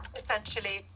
essentially